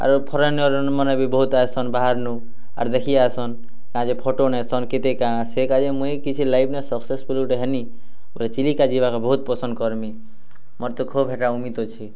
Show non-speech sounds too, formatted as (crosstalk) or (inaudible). ଆଉ ଫରେନ୍ (unintelligible) ମାନେ ବହୁତ୍ ଆଏସନ୍ ବାହାର୍ ନୁ ଆରୁ ଦେଖି ଆଏସନ୍ କାଏଁ ଯେ ଫୋଟୋ ନେସନ୍ କେତେ କାଣା (unintelligible) ମୁଇଁ କିଛି ଲାଇଫ୍ରେ ସକ୍ସେସଫୁଲ୍ ଗୁଟେ ହେମି ଚିଲିକା ଯିବାରେ କେ ବହୁତ୍ ପସନ୍ଦ କରମି ମୋର୍ ତ ଖୋବ୍ ହେଟା ଉମିଦ୍ ଅଛେ